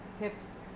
hips